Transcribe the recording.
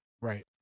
Right